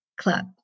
Club